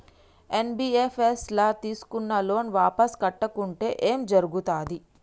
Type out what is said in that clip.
NBFS ల తీస్కున్న loan వాపస్ కట్టకుంటే ఏం జర్గుతది?